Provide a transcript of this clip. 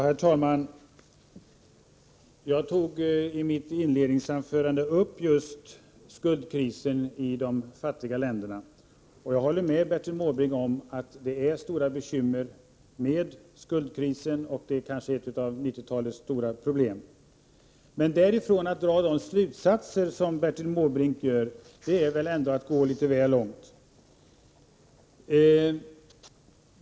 Herr talman! I mitt inledningsanförande tog jag upp just skuldkrisen i de fattiga länderna, och jag håller med Bertil Måbrink om att det är stora bekymmer med skuldkrisen. Detta är kanske ett av 90-talets stora problem. Men därifrån till att dra de slutsatser som Bertil Måbrink drar — det är väl ändå att gå litet väl långt.